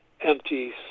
empty